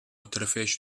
através